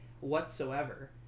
whatsoever